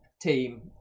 team